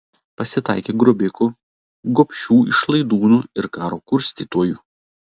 pasitaikė grobikų gobšių išlaidūnų ir karo kurstytojų